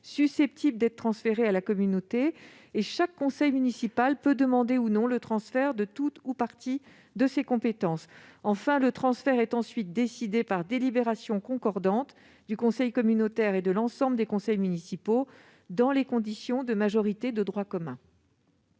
susceptibles d'être transférées à la communauté, et chaque conseil municipal pourrait demander, ou non, le transfert de tout ou partie de ces compétences. Le transfert serait ensuite décidé par délibération concordante du conseil communautaire et de l'ensemble des conseils municipaux, selon la règle de la majorité de droit commun.